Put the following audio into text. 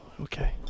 Okay